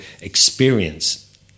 experience